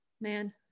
man